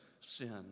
sin